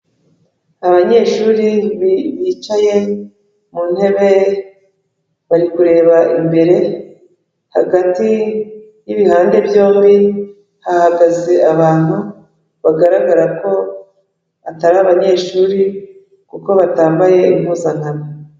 Abanyeshuri bicaye mu ntebe bari kureba imbere, hagati y'ibihande byombi hahagaze abantu bagaragara ko atari abanyeshuri, kuko batambaye impuzankano.